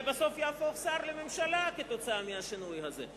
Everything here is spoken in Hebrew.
בסוף יהפוך לשר בממשלה כתוצאה מהשינוי הזה.